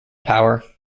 power